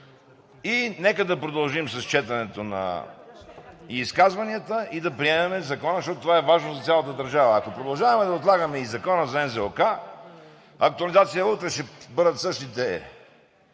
Нека да продължим с четенето и с изказванията и да приемем Закона, защото това е важно за цялата държава. Ако продължаваме да отлагаме и Законопроекта за бюджета за НЗОК, при актуализацията утре ще бъдат същите